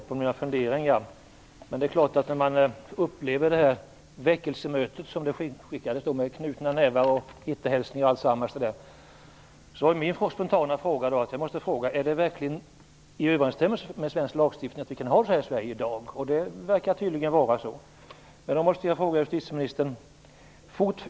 Herr talman! Jag skall fatta mig kort, för jag tror att jag har fått svar på mina funderingar. Efter att ha upplevt detta väckelsemöte - som det kallades för - med dess knutna nävar, Hitlerhälsningar och allt vad det var fråga om blir min spontana fråga: Är det verkligen i överensstämmelse med svensk lagstiftning att detta får förekomma i Sverige i dag? Tydligen är det så. Jag måste då ställa en fråga till justitieministern.